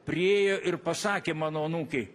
priėjo ir pasakė mano anūkei